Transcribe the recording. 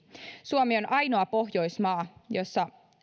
suomi on ainoa pohjoismaa jossa